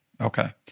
Okay